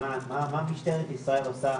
משטרת ישראל עושה